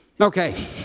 Okay